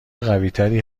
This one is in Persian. قویتری